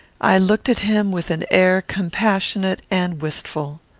i looked at him with an air compassionate and wistful.